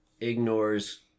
ignores